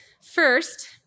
First